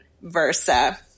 Versa